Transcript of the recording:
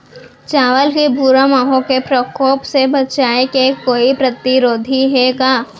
चांवल के भूरा माहो के प्रकोप से बचाये के कोई प्रतिरोधी हे का?